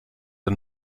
der